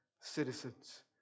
citizens